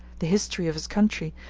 the history of his country,